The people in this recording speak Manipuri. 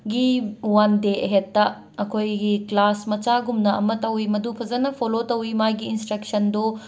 ꯒꯤ ꯋꯥꯟ ꯗꯦ ꯑꯍꯦꯠꯇ ꯑꯩꯈꯣꯏꯒꯤ ꯀ꯭ꯂꯥꯁ ꯃꯆꯥꯒꯨꯝꯅ ꯑꯃ ꯇꯧꯋꯤ ꯃꯗꯨ ꯐꯖꯅ ꯐꯣꯂꯣ ꯇꯧꯋꯤ ꯃꯥꯒꯤ ꯏꯟꯁ꯭ꯇ꯭ꯔꯛꯁꯟꯗꯨ